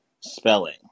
spelling